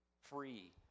Free